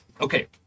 Okay